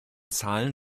zahlen